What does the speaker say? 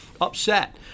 upset